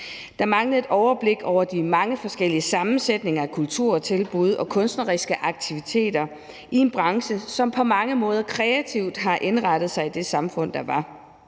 Der manglede et overblik over de mange forskellige sammensætninger af kulturtilbud og kunstneriske aktiviteter i en branche, som på mange måder kreativt har indrettet sig i det samfund, der var,